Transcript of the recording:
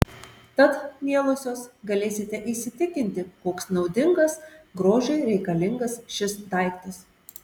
tad mielosios galėsite įsitikinti koks naudingas grožiui reikalingas šis daiktas